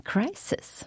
Crisis